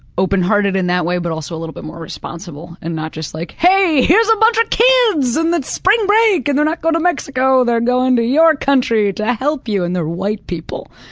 open-hearted in that way but also a little bit more responsible and not just like, hey, here's a bunch of kids, and it's spring break, and they're not going to mexico, they're going to your country to help you, and they're white people!